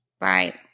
right